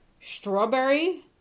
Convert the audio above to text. Strawberry